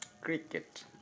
cricket